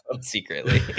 secretly